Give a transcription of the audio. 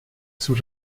sul